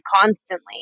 constantly